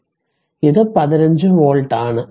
അതിനാൽ ഇത് 15 വോൾട്ട് ആണ്